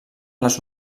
les